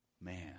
man